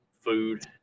food